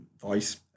voice